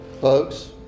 Folks